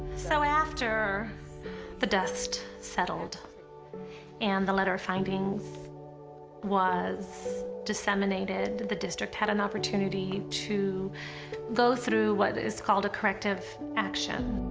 so after the dust settled and the letter findings was disseminated, the district had an opportunity to go through what is called a corrective action.